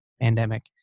pandemic